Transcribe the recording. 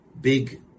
big